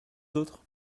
d’autre